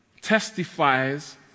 testifies